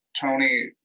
Tony